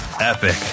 epic